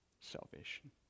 salvation